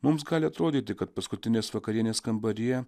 mums gali atrodyti kad paskutinės vakarienės kambaryje